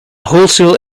wholesale